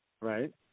Right